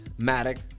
Matic